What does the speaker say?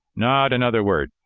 not another word!